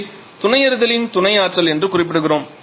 இதை துணை எரிதலின் துணை ஆற்றல் என்று குறிப்பிடுகிறோம்